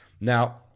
Now